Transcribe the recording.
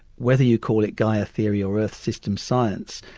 whether you call it gaia theory or earth system science,